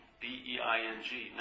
B-E-I-N-G